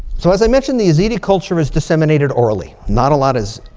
so as i mentioned, the yazidi culture is disseminated orally. not a lot is